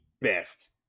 best